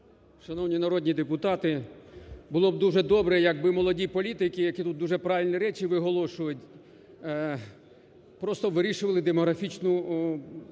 Шановні народні депутати! Було б дуже добре, якби молоді політики, які дуже правильні речі виголошують, просто вирішували демографічну проблему.